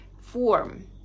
form